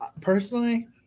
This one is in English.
personally